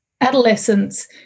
adolescence